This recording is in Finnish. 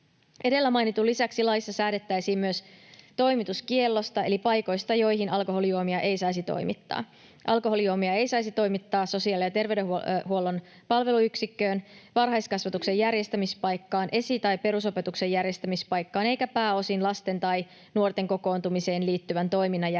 Edellä mainitun lisäksi laissa säädettäisiin myös toimituskiellosta, eli paikoista, joihin alkoholijuomia ei saisi toimittaa. Alkoholijuomia ei saisi toimittaa sosiaali- ja terveydenhuollon palveluyksikköön, varhaiskasvatuksen järjestämispaikkaan, esi- tai perusopetuksen järjestämispaikkaan eikä pääosin lasten tai nuorten kokoontumiseen liittyvän toiminnan järjestämispaikkaan,